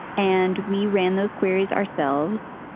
and we ran those queries ourselves,